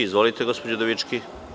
Izvolite gospođo Udovički.